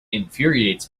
infuriates